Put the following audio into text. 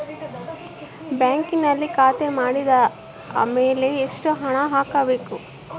ಬ್ಯಾಂಕಿನಲ್ಲಿ ಖಾತೆ ಮಾಡಿದ ಮೇಲೆ ಎಷ್ಟು ಹಣ ಹಾಕಬೇಕು?